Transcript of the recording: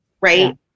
right